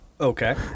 okay